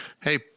Hey